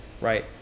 right